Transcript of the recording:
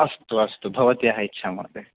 अस्तु अस्तु भवत्याः इच्छा महोदय